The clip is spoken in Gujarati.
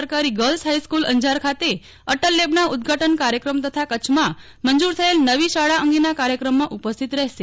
સરકારી ગર્લ્સમ હાઈસ્કૂલ અંજાર ખાતે અટલ લેબના ઉદઘાટન કાર્યક્રમ તથા કચ્છરમાં મંજુર થયેલ નવી શાળા અંગેના કાર્યક્રમમાં ઉપસ્થિાત રહેશે